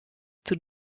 toen